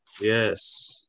Yes